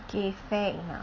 okay fair enough